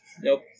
Nope